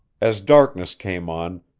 as darkness came on,